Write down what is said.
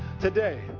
today